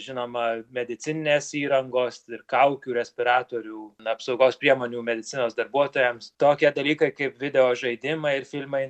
žinoma medicininės įrangos ir kaukių respiratorių na apsaugos priemonių medicinos darbuotojams tokie dalykai kaip video žaidimai ir filmai